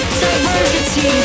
diversity